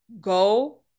go